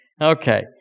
Okay